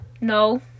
No